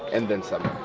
and then some,